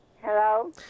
Hello